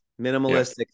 Minimalistic